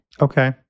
Okay